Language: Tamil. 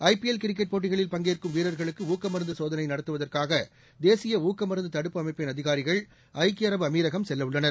ஐபிஎல் கிரிக்கெட் போட்டிகளில் பங்கேற்கும் வீரர்களுக்கு ஊக்கமருந்து சோதனை நடத்துவதற்காக தேசிய ஊக்கமருந்து தடுப்பு அமைப்பின் அதிகாரிகள் ஐக்கிய அரபு அமீரகம் செல்லவுள்ளனர்